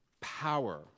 power